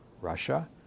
Russia